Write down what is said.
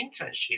internship